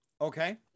Okay